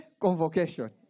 convocation